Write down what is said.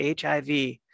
HIV